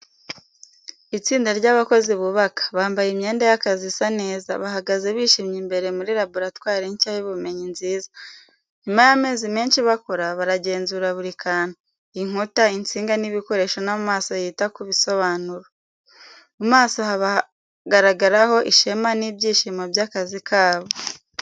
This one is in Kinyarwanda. Itsinda ry’abakozi bubaka, bambaye imyenda y’akazi isa neza, bahagaze bishimye imbere muri laboratwari nshya y’ubumenyi nziza. Nyuma y’amezi menshi bakora, baragenzura buri kantu: inkuta, insinga n’ibikoresho n’amaso yita ku bisobanuro. Mu maso habagaragaraho ishema n’ibyishimo by’akazi kabo.